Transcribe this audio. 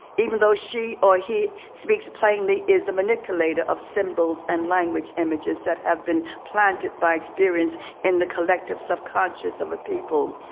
even though she or he speaks plainly, is a manipulator of symbols and language images that have been planted by experience in the collective subconscious of a people.